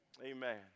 Amen